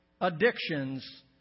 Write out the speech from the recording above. addictions